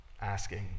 Asking